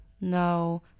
No